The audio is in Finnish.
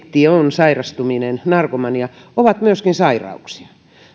sairastuminen narkomania ovat myöskin sairauksia ne